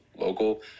local